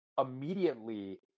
immediately